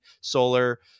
solar